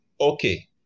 okay